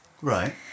Right